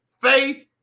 Faith